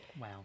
wow